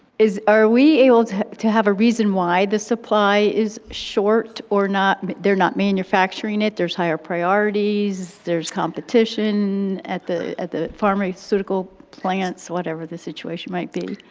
are we able to to have a reason why the supply is short or not they're not manufacturing it, there's higher priorities, there's competition at the at the pharmaceutical plans, whatever the situation might be.